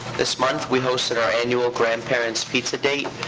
this month, we hosted our annual grandparents' pizza date,